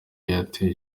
yateye